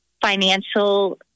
financial